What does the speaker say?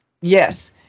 Yes